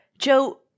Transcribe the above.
Joe